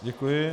Děkuji.